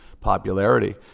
popularity